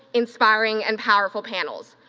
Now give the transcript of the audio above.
inspiring and powerful panels,